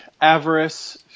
avarice